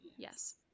Yes